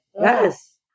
Yes